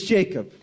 Jacob